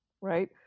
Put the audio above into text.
right